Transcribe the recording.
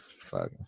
Fuck